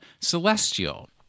celestial